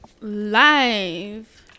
Live